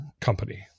company